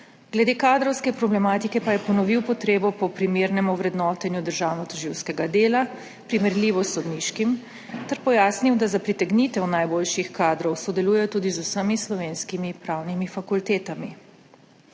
glede kadrovske problematike pa je ponovil potrebo po primernem ovrednotenju državnotožilskega dela, primerljivo s sodniškim, ter pojasnil, da za pritegnitev najboljših kadrov sodelujejo tudi z vsemi slovenskimi pravnimi fakultetami.